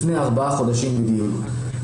לפני ארבעה חודשים בדיוק.